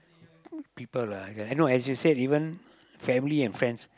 people lah I know as you said even family and friends